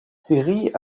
série